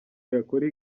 yakora